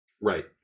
Right